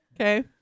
Okay